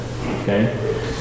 okay